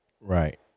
Right